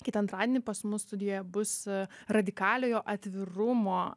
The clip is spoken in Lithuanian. kitą antradienį pas mus studijoje bus radikaliojo atvirumo